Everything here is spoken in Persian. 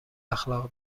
اخلاق